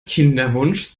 kinderwunsch